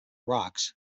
rocks